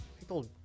People